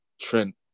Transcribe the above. Trent